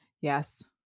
Yes